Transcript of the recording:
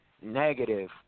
negative